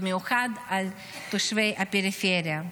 במיוחד לתושבי הפריפריה.